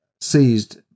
seized